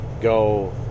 Go